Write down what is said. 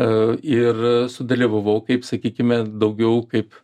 a ir a sudalyvavau kaip sakykime daugiau kaip